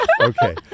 Okay